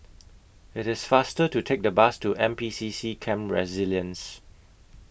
IT IS faster to Take The Bus to N P C C Camp Resilience